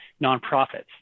nonprofits